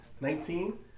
Nineteen